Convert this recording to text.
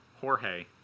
Jorge